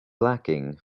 lacking